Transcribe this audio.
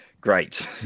Great